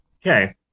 Okay